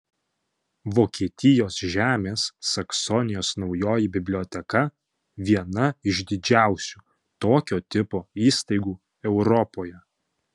vokietijos žemės saksonijos naujoji biblioteka viena iš didžiausių tokio tipo įstaigų europoje